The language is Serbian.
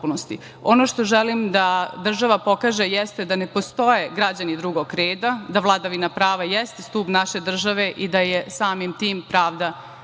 što želim da država pokaže jeste da ne postoje građani drugog reda, da vladavina prava jeste stub naše države i da je samim tim pravda neupitna.